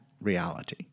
reality